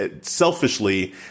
selfishly